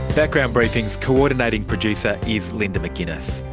background briefing's co-ordinating producer is linda mcginness,